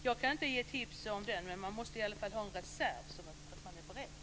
Jag kan inte ge tips om den, men man måste i alla fall ha en reserv så att man är beredd.